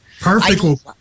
perfect